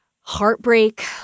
heartbreak